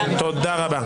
תודה רבה.